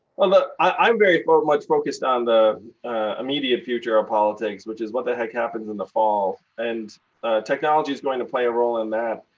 well, ah i'm very much focused on the intermediate future of politics, which is what the heck happens in the fall? and technology is going to play a role in that.